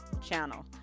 channel